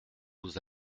vous